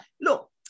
look